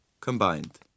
combined